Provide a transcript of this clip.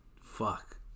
fuck